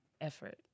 effort